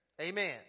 Amen